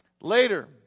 Later